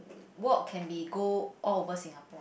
walk can be go all over Singapore